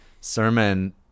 sermon